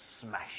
Smash